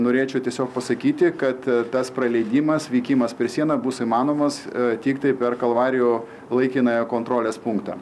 norėčiau tiesiog pasakyti kad tas praleidimas vykimas per sieną bus įmanomas tiktai per kalvarijų laikinąją kontrolės punktą